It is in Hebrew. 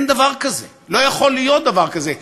אין דבר כזה, לא יכול להיות דבר כזה.